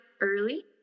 early